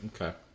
Okay